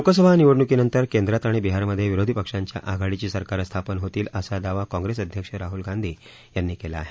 लोकसभा निवडणुकीनंतर केंद्रात आणि बिहारमध्ये विरोधी पक्षाच्या आघाडींची सरकारे स्थापन होतील असा दावा काँग्रेस अध्यक्ष राह्ल गांधी यांनी केला आहे